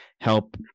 help